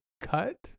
cut